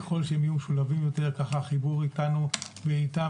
ככל שהם יהיו משולבים יותר ככה החיבור איתנו ואיתם,